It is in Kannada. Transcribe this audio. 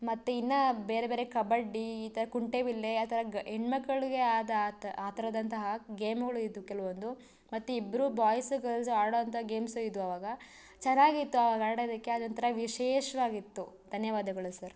ಮತ್ತು ಇನ್ನೂ ಬೇರೆ ಬೇರೆ ಕಬಡ್ಡಿ ಈ ಥರ ಕುಂಟೆಬಿಲ್ಲೆ ಆ ಥರ ಗ ಹೆಣ್ ಮಕ್ಳಿಗೆ ಆದ ಆ ಥರದಂತಹ ಗೇಮುಗಳು ಇದ್ವು ಕೆಲವೊಂದು ಮತ್ತು ಇಬ್ಬರೂ ಬಾಯ್ಸು ಗರ್ಲ್ಸ್ ಆಡುವಂಥ ಗೇಮ್ಸೂ ಇದ್ವು ಆವಾಗ ಚೆನ್ನಾಗಿತ್ತು ಆವಾಗ ಆಡೋದಕ್ಕೆ ಅದೊಂಥರ ವಿಶೇಷವಾಗಿತ್ತು ಧನ್ಯವಾದಗಳು ಸರ್